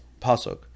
pasuk